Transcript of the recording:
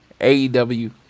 AEW